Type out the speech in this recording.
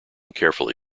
carefully